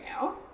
now